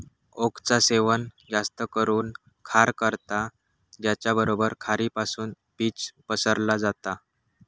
ओकचा सेवन जास्त करून खार करता त्याचबरोबर खारीपासुन बीज पसरला जाता